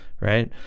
right